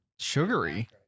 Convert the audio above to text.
Sugary